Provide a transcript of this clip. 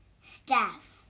staff